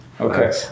Okay